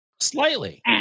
Slightly